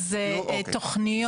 תוכניות?